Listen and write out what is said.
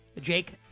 Jake